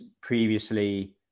previously